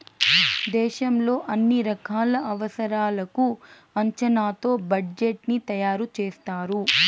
దేశంలో అన్ని రకాల అవసరాలకు అంచనాతో బడ్జెట్ ని తయారు చేస్తారు